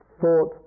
thought